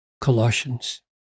Colossians